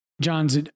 John's